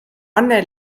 anne